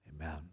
Amen